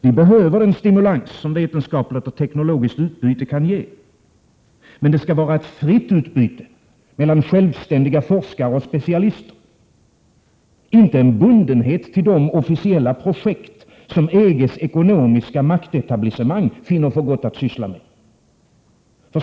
Vi behöver den stimulans som vetenskapligt och teknologiskt utbyte kan ge. Men det skall vara ett fritt utbyte mellan självständiga forskare och specialister, inte en bundenhet till de officiella projekt som EG:s ekonomiska maktetablissemang finner för gott att syssla med.